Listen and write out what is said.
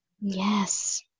Yes